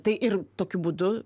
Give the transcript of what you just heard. tai ir tokiu būdu